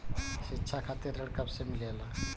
शिक्षा खातिर ऋण कब से मिलेला?